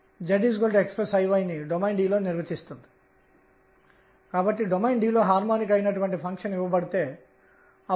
కోణీయ ద్రవ్యవేగం నిర్దిష్ట దిశలో చూపుతుంది కాబట్టి అది ఏ ఏకపక్ష దిశ కాదు